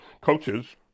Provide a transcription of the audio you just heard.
coaches